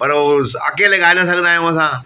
पर उहे अकेले ॻाए न सघंदा आहियूं असां